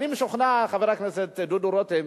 אני משוכנע, חבר הכנסת דודו רותם,